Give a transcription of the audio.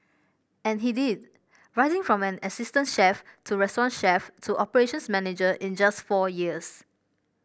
and he did rising from an assistant chef to restaurant chef to operations manager in just four years